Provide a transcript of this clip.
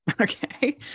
Okay